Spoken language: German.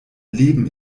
leben